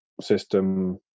system